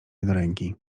jednoręki